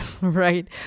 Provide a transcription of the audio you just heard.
right